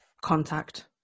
contact